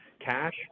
cash